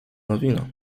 nowina